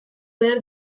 behar